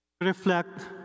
Reflect